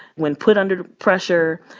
when put under pressure,